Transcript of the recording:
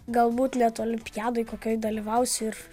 galbūt net olimpiadoj kokioj dalyvausi ir